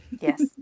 yes